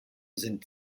sind